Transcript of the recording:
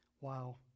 Wow